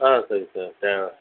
ஆ சரிங்க sir sir